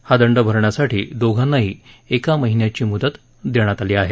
हा दंड भरण्यासाठी दोघांना एका महिन्याची मुदत दिली आहे